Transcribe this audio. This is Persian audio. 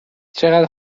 چقدر